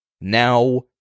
now